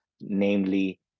namely